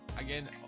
again